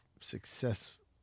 successful